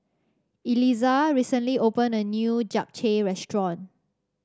Elizah recently opened a new Japchae Restaurant